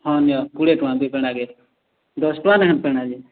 ହଁ ନିଅ କୁଡ଼ିଏ ଟଙ୍କା ଦୁଇ ଫେଣା କେ ଦଶ ଟଙ୍କା ଲେଖାଁ ଫେଣା ଯେ